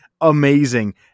amazing